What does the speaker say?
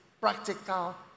practical